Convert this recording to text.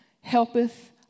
helpeth